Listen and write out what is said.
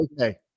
Okay